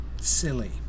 silly